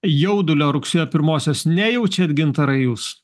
jaudulio rugsėjo pirmosios nejaučiat gintarai jūs